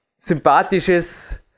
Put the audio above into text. sympathisches